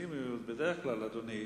בדרך כלל, אדוני,